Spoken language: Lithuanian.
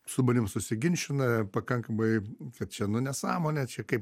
su manim susiginčyna pakankamai kad čia nu nesąmonė čia kaip